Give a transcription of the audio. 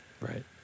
Right